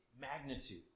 magnitude